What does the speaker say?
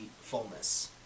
fullness